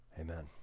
Amen